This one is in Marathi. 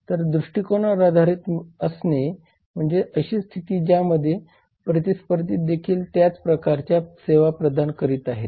तर दृष्टीकोनावर आधारित असणे म्हणजे अशी स्थिती ज्यामध्ये प्रतिस्पर्धी देखील त्याच प्रकारच्या सेवा प्रदान करीत आहेत